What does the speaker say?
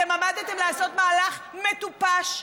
אתם עמדתם לעשות מהלך מטופש.